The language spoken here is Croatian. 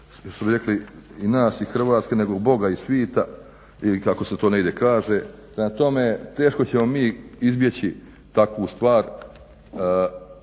dok je i nas i Hrvatske nego Boga i svita ili kako se to negdje kaže. Prema tome, teško ćemo mi izbjeći takvu stvar,